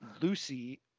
Lucy